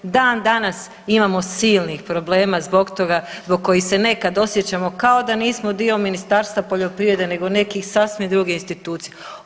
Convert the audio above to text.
Dan danas imamo silnih problema zbog toga zbog kojih se nekad osjećamo kao da nismo dio Ministarstva poljoprivrede nego neke sasvim druge institucije.